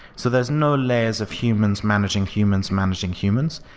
so there're no layers of humans managing humans managing humans.